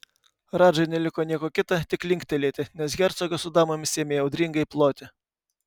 radžai neliko nieko kita tik linktelėti nes hercogas su damomis ėmė audringai ploti